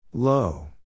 Low